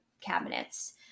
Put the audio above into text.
cabinets